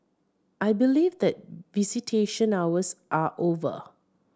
I believe that visitation hours are over